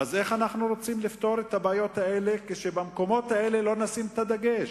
איך אנחנו רוצים לפתור את הבעיות האלה אם לא נשים את הדגש